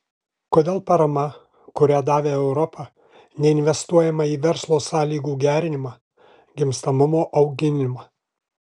kodėl parama kurią davė europa neinvestuojama į verslo sąlygų gerinimą gimstamumo auginimą